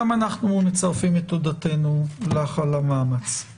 גם אנחנו מצרפים את תודתנו על המאמץ.